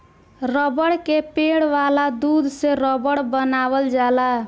रबड़ के पेड़ वाला दूध से रबड़ बनावल जाला